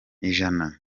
ijana